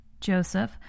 Joseph